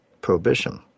prohibition